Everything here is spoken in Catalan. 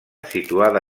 situada